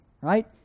right